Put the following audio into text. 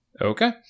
Okay